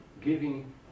giving